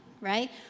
right